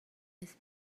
this